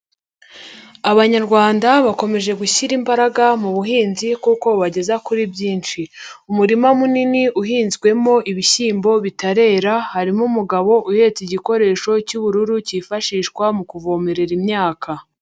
Abanyarwanda bakomeje gushyira imbaraga mu buhinzi kuko bubageza kuri byinshi, umurima munini uhinzwemo ibishyimbo bitarera harimo umugabo uhetse igikoresho cy'ubururu cyifashishwa mu kuvomerera imyaka.